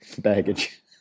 baggage